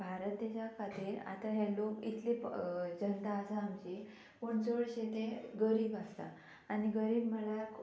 भारत देशा खातीर आतां हे लोक इतले जल्ता आसा आमची पूण चडशे ते गरीब आसता आनी गरीब म्हणल्यार